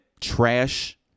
trash